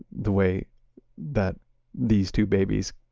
the way that these two babies,